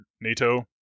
NATO